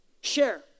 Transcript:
Share